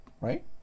Right